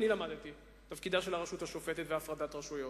ואני למדתי את תפקיד הרשות השופטת והפרדת רשויות,